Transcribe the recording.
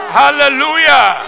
hallelujah